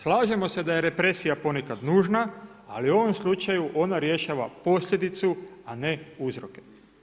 Slažemo se da je represija ponekad nužna ali u ovom slučaju ono rješava posljedicu, a ne uzroke.